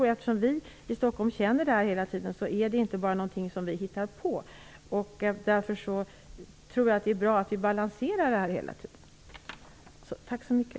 Eftersom vi i Stockholm känner så här hela tiden är det inte bara någonting som vi hittar på, och därför tror jag att det är bra att vi balanserar det här. Tack så mycket.